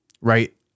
Right